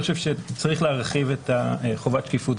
אני חושב שצריך להרחיב את חובת השקיפות